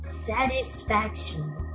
Satisfaction